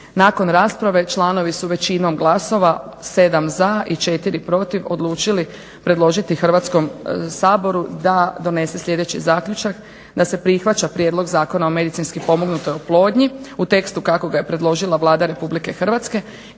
Nakon rasprave članovi su većinom glasova, 7 za i 34 protiv odlučili predložili Hrvatskom saboru da donese sljedeći zaključak da se prihvaća Prijedlog zakona o medicinski pomognutoj oplodnji u tekstu kako ga je predložila Vlada Republike Hrvatske